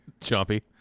Chompy